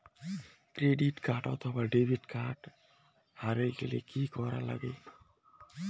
Credit card অথবা debit card হারে গেলে কি করা লাগবে?